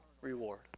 reward